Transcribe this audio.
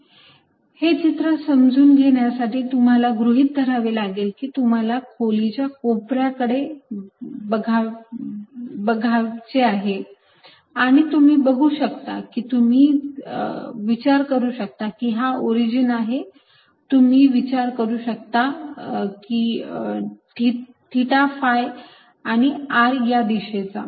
dVdrrdθrsinθdϕr2sinθdθdϕr2dcosθdϕ हे चित्र समजून घेण्यासाठी तुम्हाला गृहीत धरावे लागेल किंवा तुम्हाला खोलीच्या कोपऱ्याकडे बघावे लागेल आणि तुम्ही बघू शकता की किंवा तुम्ही विचार करू शकता की हा ओरिजिन आहे आणि तुम्ही विचार करू शकता थिटा phi आणि r या दिशेचा